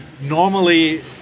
Normally